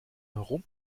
herum